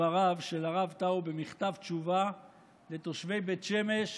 דבריו של הרב טאו במכתב תשובה לתושבי בית שמש